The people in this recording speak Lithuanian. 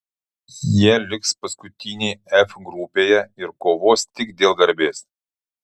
jie liks paskutiniai f grupėje ir kovos tik dėl garbės